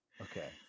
Okay